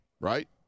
right